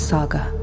Saga